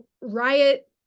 riot